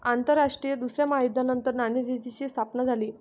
आंतरराष्ट्रीय दुसऱ्या महायुद्धानंतर नाणेनिधीची स्थापना झाली